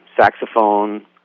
saxophone